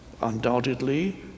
undoubtedly